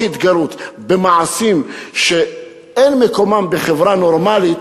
התגרות במעשים שאין מקומם בחברה נורמלית,